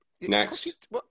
Next